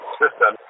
system